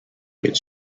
make